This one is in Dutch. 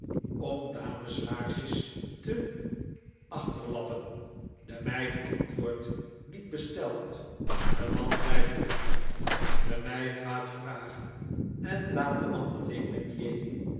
om dameslaarsjes te achterlappen de meid antwoordt niet besteld de man blijft er bij de meid gaat vragen en laat den man alleen met j